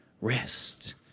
rest